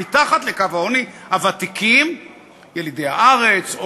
ומתחת לקו העוני: הוותיקים ילידי הארץ,